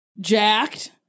Jacked